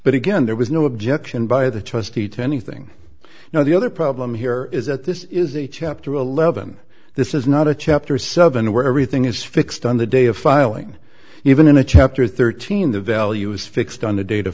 but again there was no objection by the trustee to anything you know the other problem here is that this is a chapter eleven this is not a chapter seven where everything is fixed on the day of filing even in a chapter thirteen the value is fixed on the data